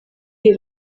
iyi